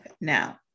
now